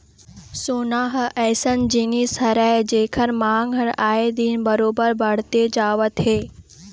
सोना ह अइसन जिनिस हरय जेखर मांग ह आए दिन बरोबर बड़ते जावत हवय